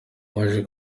baje